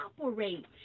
operate